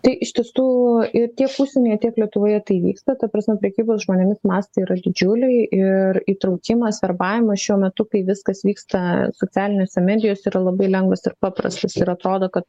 tai ištiestų ir tiek užsienyje tiek lietuvoje tai vyksta ta prasme prekybos žmonėmis mastai yra didžiuliai ir įtraukimas verbavimas šiuo metu kai viskas vyksta socialinėse medijose yra labai lengvas ir paprastas ir atrodo kad